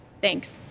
Thanks